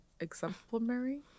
Exemplary